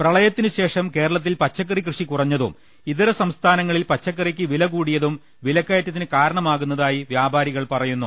പ്രളയത്തിന് ശേഷം കേരളത്തിൽ പച്ചക്കറി കൃഷി കുറഞ്ഞതും ഇതര സംസ്ഥാ നങ്ങളിൽ പച്ചക്കറിക്ക് വില കൂടിയതും വിലക്കയറ്റത്തിന് കാര ണമാകുന്നതായി വ്യാപാരികൾ പറയുന്നു